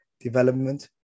Development